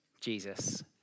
Jesus